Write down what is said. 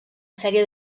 sèrie